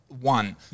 one